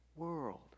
world